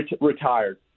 retired